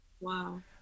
wow